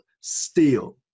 steel